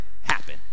happen